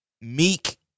Meek